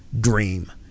dream